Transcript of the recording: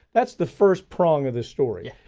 that's the first prong of this story.